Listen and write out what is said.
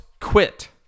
quit